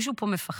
מישהו פה מפחד?